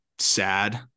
sad